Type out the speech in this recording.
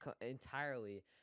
entirely